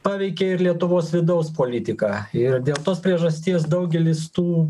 paveikė ir lietuvos vidaus politiką ir dėl tos priežasties daugelis tų